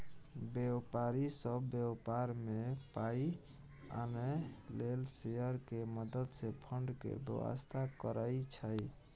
व्यापारी सब व्यापार में पाइ आनय लेल शेयर के मदद से फंड के व्यवस्था करइ छइ